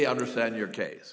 understand your case